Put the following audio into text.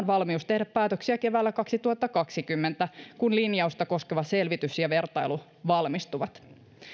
valmius tehdä päätöksiä keväällä kaksituhattakaksikymmentä kun linjausta koskeva selvitys ja vertailu valmistuvat